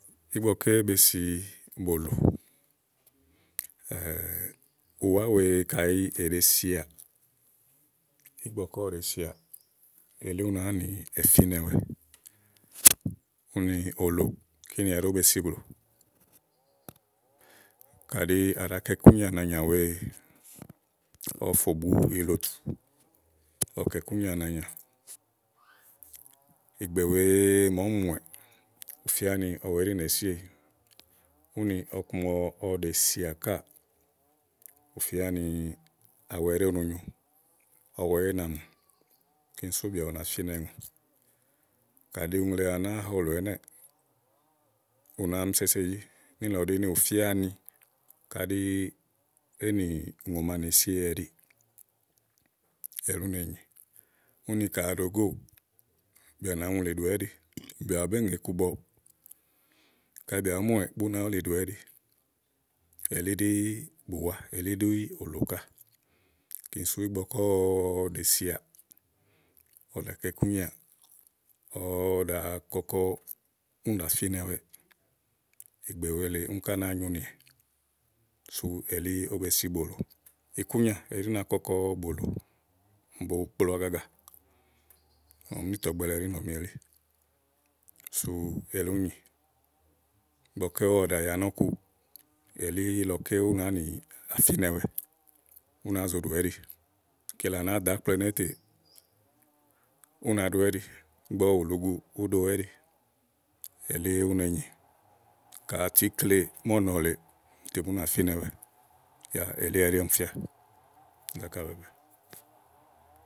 ígbɔké be si bòlò ùwá wèe kayi è ɖèe sià ígbɔké ɔwɔ ɖèe sià elí ú nàáa nì èfínɛwɛ úni òlò úni ɛɖí ówó be si blù. kàɖi á ɖa kɔ ikúnyià nànyà wèe, ɔwɔ fò bu ìlòtu, ɔwɔ kɔ ikunyià na naanyà, ìgbè wèe màa úni mùwɛ̀, ù fía ni ɔwɛ ɛɖí nèe siéyì úni ɔku màa ɔwɔ ɖèe sià káà, ù fía nì awu ɛɖí o no nyo ɔwɛ é na mù kíni sú bìà ba fínɛ ùŋò kàɖi ùŋle wàa nàáa ha òlò ɛnɛ́ɛ̀ ùŋò ma ɖèe siéyi ɛɖíì elí ú ne nyì úni ka ò òlò góò bìà nà mi wùlì ɖòwɛ ɛ́ɖi bìà bù bé ŋe iku bɔ kayi bìà bùú mùwɛ̀ bú nàá wulì ɖòwɛɛ́ɖi elí ɖí bùwá elí ɖí òlò ká kíni sú ìgbɔ ké ɔwɔ ɖèe sià ɔwɔ ɖàa kɔ ikú nyià, ɔwɔ ɖàa kɔkɔ úni ɖàa fínɛwɛ ìgbè wèe lèe, úni ká nàáa nyonìwɛ̀ sú elí besi bòlò. ikúnya ɛɖí na kɔkɔ bòlò bo kplo agaga ɔmi níì tɔgbe le ɛɖí nɔ̀ɔmi elí sú elí úni nyì ígbɔké ɔwɔ ɖàa ya nɔ̀ku elílɔké ú náa nì àfínɛwɛ, ú nàáa zo ɖòwɛ ɛɖi kele à nàáa dò ákple ɛnɛ́ tè ú nàá ɖowɛ ɛ́ɖi, igbɔ ɔwɔ wùlì ugu ùú ɖowɛ ɛ́ɖi elí ú ne nyì ka à tu íkle mɔ́ɔ̀nɔ lèe tè bú nà fínɛwɛ tè yá elí ɛɖí ɔmi fíà zá kà bɛ̀ɛɛ̀bɛ.